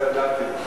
לא ידעתי.